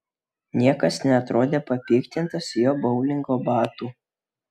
niekas neatrodė papiktintas jo boulingo batų